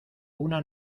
una